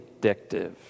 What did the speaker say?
addictive